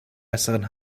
besseren